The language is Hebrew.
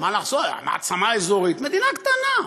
מה לעשות, מעצמה אזורית, מדינה קטנה,